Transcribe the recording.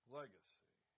legacy